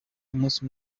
umunsi